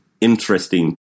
interesting